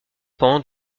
pendant